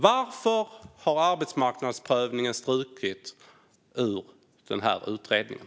Varför har arbetsmarknadsprövningen strukits ur den här utredningen?